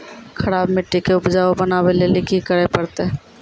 खराब मिट्टी के उपजाऊ बनावे लेली की करे परतै?